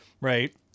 right